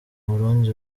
burundi